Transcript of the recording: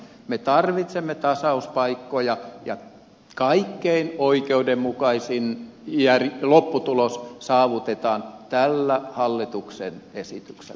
me tarvitsemme tasauspaikkoja ja kaikkein oikeudenmukaisin lopputulos saavutetaan tällä hallituksen esityksellä